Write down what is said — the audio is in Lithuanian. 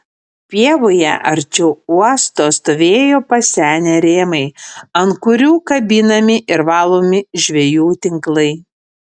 pievoje arčiau uosto stovėjo pasenę rėmai ant kurių kabinami ir valomi žvejų tinklai